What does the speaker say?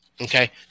Okay